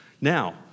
Now